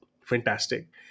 Fantastic